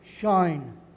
shine